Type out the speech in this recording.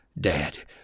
dad